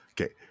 Okay